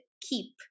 keep